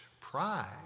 pride